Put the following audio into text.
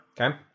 okay